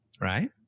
right